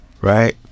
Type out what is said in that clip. right